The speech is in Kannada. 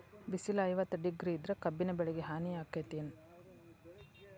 ಬಿಸಿಲ ಐವತ್ತ ಡಿಗ್ರಿ ಇದ್ರ ಕಬ್ಬಿನ ಬೆಳಿಗೆ ಹಾನಿ ಆಕೆತ್ತಿ ಏನ್?